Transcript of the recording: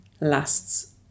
lasts